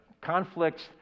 conflicts